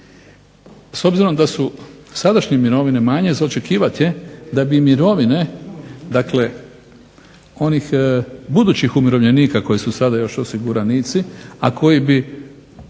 S obzirom da su sadašnje mirovine manje za očekivat je da bi mirovine, dakle onih budućih umirovljenika koji su sada još osiguranici, a koji bi